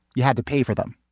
you had to pay for them.